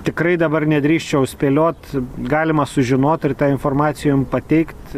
tikrai dabar nedrįsčiau spėliot galima sužinot ir tą informaciją jum pateikt